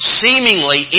seemingly